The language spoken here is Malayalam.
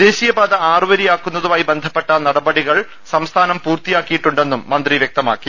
ദേശീയപാത ആറുവരിയാക്കു്ന്നതുമായി ബന്ധപ്പെട്ട നടിപടികൾ സംസ്ഥാനം പൂർത്തിയാക്കിയിട്ടുണ്ടെന്നും മന്ത്രി വൃക്തമാക്കി